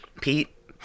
pete